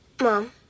Mom